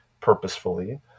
purposefully